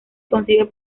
consigue